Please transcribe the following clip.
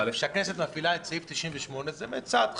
כשהכנסת מפעילה את סעיף 98 זה באמת צעד חריג,